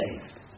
saved